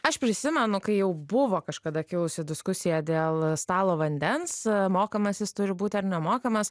aš prisimenu kai jau buvo kažkada kilusi diskusija dėl stalo vandens mokomas jis turi būt ar nemokamas